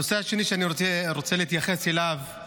הנושא השני שאני רוצה להתייחס אליו הוא